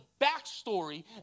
backstory